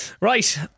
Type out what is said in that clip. Right